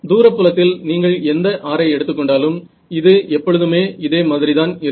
தூர புலத்தில் நீங்கள் எந்த r ஐ எடுத்துக்கொண்டாலும் இது எப்பொழுதுமே இதே மாதிரி தான் இருக்கும்